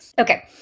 Okay